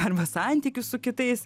arba santykius su kitais